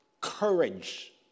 courage